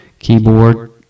Keyboard